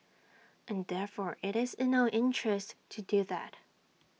and therefore IT is in our interest to do that